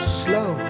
slow